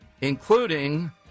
including